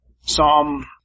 Psalm